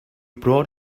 brought